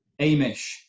Amish